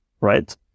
right